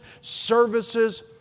services